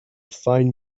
find